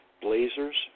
blazers